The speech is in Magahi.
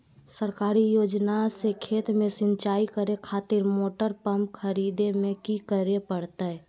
सरकारी योजना से खेत में सिंचाई करे खातिर मोटर पंप खरीदे में की करे परतय?